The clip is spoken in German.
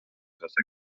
wasser